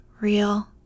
real